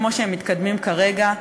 כמו שהם מתקדמים כרגע,